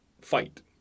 fight